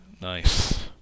Nice